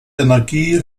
energie